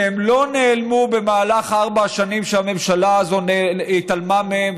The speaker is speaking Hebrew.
שלא נעלמו במהלך ארבע השנים שהממשלה הזאת התעלמה מהם,